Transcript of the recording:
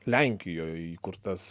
lenkijoj įkurtas